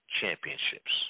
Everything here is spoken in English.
championships